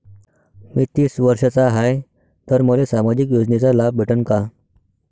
मी तीस वर्षाचा हाय तर मले सामाजिक योजनेचा लाभ भेटन का?